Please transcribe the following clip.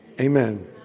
Amen